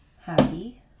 happy